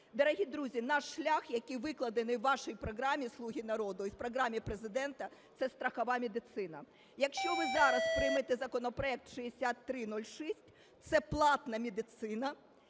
Дорогі друзі, наш шлях, який викладений у вашій програмі, "Слуга народу", і в програмі Президента – це страхова медицина. Якщо ви зараз приймете законопроект 6306, це платна медицина,